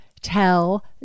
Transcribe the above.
tell